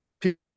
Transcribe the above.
people